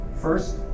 first